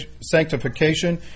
sanctification